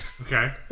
Okay